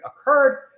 occurred